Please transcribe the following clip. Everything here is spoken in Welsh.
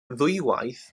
ddwywaith